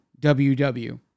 WW